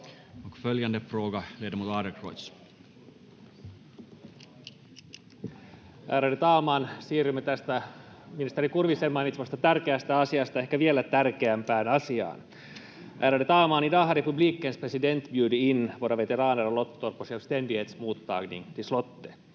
Följande fråga, ledamot Adlercreutz. Ärade talman! Siirrymme tästä ministeri Kurvisen mainitsemasta tärkeästä asiasta ehkä vielä tärkeämpään asiaan. Ärade talman! I dag har republikens president bjudit in våra veteraner och lottor på självständighetsmottagning till slottet.